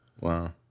wow